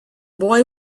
boy